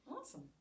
awesome